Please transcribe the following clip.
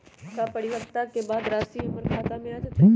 का परिपक्वता के बाद राशि हमर खाता में आ जतई?